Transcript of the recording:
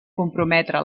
comprometre